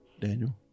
Daniel